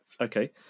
Okay